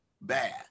bad